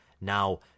Now